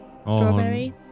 strawberry